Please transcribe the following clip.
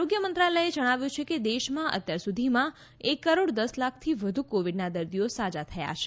આરોગ્ય મંત્રાલયે જણાવ્યું છે કે દેશમાં અત્યાર સુધીમાં એક કરોડ દસ લાખથી વધુ કોવિડના દર્દીઓ સાજા થયા છે